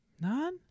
none